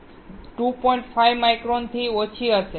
5 માઈક્રોનથી ઓછી હશે